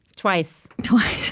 twice twice.